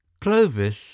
Clovis